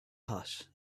hot